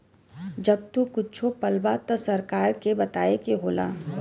जब तू कुच्छो पलबा त सरकार के बताए के होला